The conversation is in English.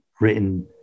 written